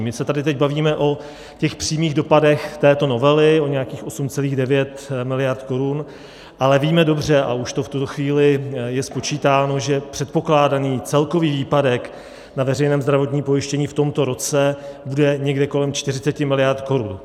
My se tady teď bavíme o těch přímých dopadech této novely, o nějakých 8,9 miliardy korun, ale víme dobře, a už to v tuto chvíli je spočítáno, že předpokládaný celkový výpadek na veřejném zdravotním pojištění v tomto roce bude někde kolem 40 miliard korun.